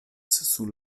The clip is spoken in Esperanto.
sur